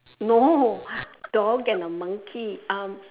no dog and a monkey um